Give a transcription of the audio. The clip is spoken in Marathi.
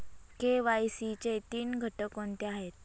के.वाय.सी चे तीन घटक कोणते आहेत?